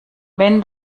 wenn